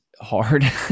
hard